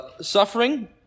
suffering